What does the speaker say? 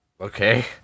Okay